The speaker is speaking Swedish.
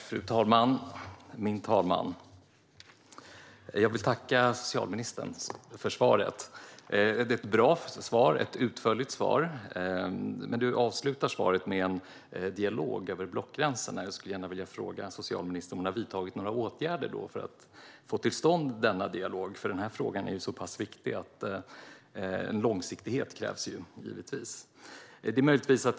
Fru talman! Jag vill tacka socialministern för svaret. Det är ett bra svar, ett utförligt svar. Men socialministern avslutar svaret med att tala om dialog över blockgränserna. Jag skulle gärna vilja fråga socialministern om hon har vidtagit några åtgärder för att få till stånd denna dialog. Den här frågan är ju så pass viktig att den kräver långsiktighet.